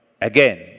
again